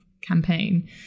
campaign